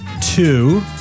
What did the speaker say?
two